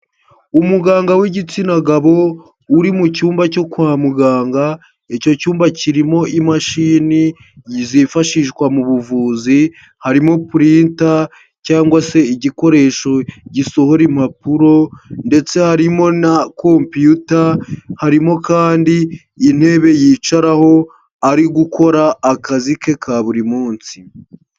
Umuganga w'igitsina gabo uri mu cyumba cyo kwa muganga, icyo cyumba kirimo imashini zifashishwa mu buvuzi harimo purinta cyangwa se igikoresho gisohora impapuro ndetse harimo na kompiyuta, harimo kandi intebe yicaraho ari gukora akazi ke ka buri munsi.